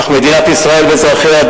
אך מדינת ישראל ואזרחיה,